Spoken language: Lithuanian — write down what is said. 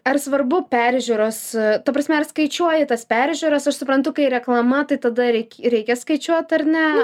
ar svarbu peržiūros ta prasme ar skaičiuoji tas peržiūras aš suprantu kai reklama tai tada reik reikia skaičiuot ar ne